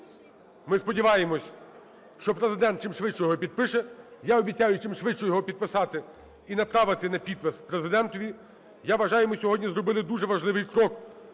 Ми сподіваємося, що Президент чимшвидше його підпише. Я обіцяю чимшвидше його підписати і направити на підпис Президентові. Я вважаю, ми сьогодні зробили дуже важливий крок,